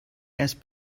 erst